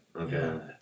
okay